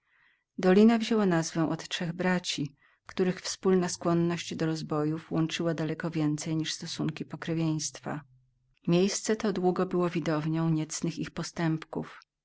dolina wzięła nazwę od trzech braci których wspólna skłonność do rozbojów łączyła daleko więcej niż stosunki pokrewieństwa miejsce to długo było widownią niecnych ich postępków